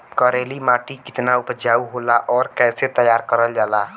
करेली माटी कितना उपजाऊ होला और कैसे तैयार करल जाला?